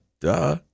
duh